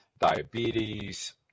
diabetes